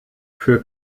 für